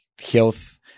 health